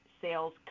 sales